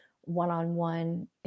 one-on-one